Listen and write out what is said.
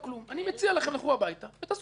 אני מציע לכם לכו הביתה ותעשו חושבים.